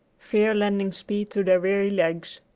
fear lending speed to their weary legs.